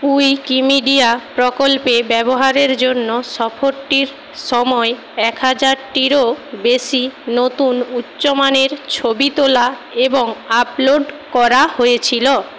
Wikimedia প্রকল্পে ব্যবহারের জন্য সফরটির সময় এক হাজারটিরও বেশি নতুন উচ্চমানের ছবি তোলা এবং আপলোড করা হয়েছিল